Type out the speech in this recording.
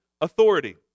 authority